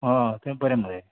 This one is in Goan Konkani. हय थंय बरें मरे